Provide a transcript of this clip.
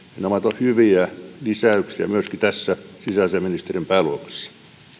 ovat hyviä lisäyksiä myöskin tässä sisäasiainministeriön pääluokassa